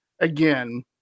again